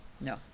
No